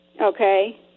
Okay